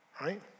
right